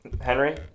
Henry